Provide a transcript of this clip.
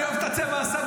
אני אוהב את הצבע הסגול,